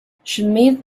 schmidt